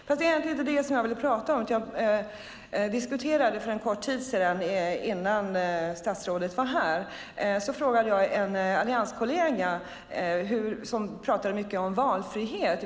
Men det var egentligen inte det jag ville prata om. För en kort tid sedan innan statsrådet kom hit ställde jag en fråga till en allianskollega som pratade mycket om valfrihet.